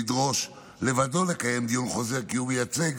לדרוש לבדו לקיים דיון חוזר, כי הוא מייצג